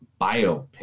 biopic